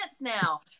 now